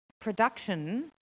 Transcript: production